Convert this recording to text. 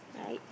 right